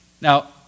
Now